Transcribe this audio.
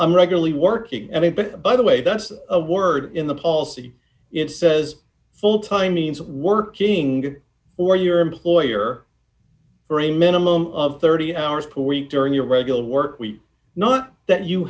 i'm regularly working everybody by the way that's a word in the policy it says full time means working for your employer for a minimum of thirty hours per week during your regular work week not that you